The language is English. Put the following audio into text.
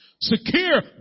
Secure